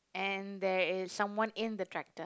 and there is someone in the tractor